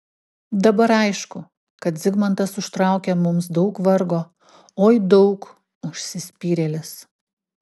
dabar aišku kad zigmantas užtraukė mums daug vargo oi daug užsispyrėlis